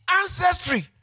ancestry